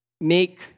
make